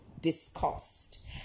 discussed